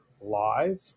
live